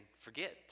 forget